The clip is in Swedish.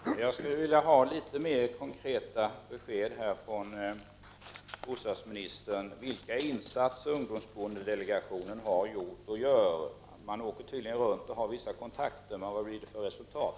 Herr talman! Jag skulle vilja ha litet mer konkreta besked från bostadsministern om vilka insatser ungdomsbostadsdelegationen har gjort och gör. Man åker tydligen runt och har vissa kontakter, men vad blir det för resultat?